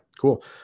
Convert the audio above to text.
Cool